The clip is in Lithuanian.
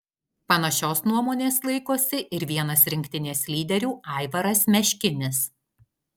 panašios nuomonės laikosi ir vienas rinktinės lyderių aivaras meškinis